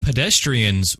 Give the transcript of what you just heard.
pedestrians